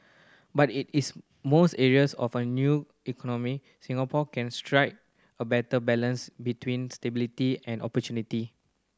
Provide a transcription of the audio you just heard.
but it is most areas of an new economy Singapore can strike a better balance between stability and opportunity